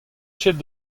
ket